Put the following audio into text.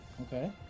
okay